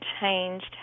changed